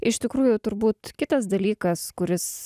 iš tikrųjų turbūt kitas dalykas kuris